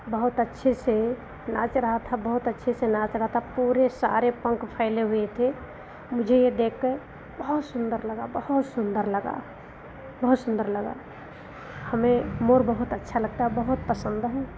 बहुत अच्छे से नाच रहा था बहुत अच्छे से नाच रहा था पूरे सारे पंख फैले हुए थे मुझे यह देख कर बहुत सुन्दर लगा बहुत सुन्दर लगा बहुत सुन्दर लगा हमें मोर बहुत अच्छा लगता है बहुतपसंद है